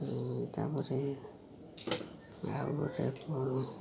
ତାପରେ ଆଉ ଗୋଟେ କ'ଣ